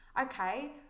Okay